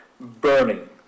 burning